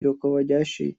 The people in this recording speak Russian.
руководящей